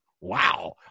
wow